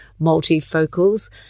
multifocals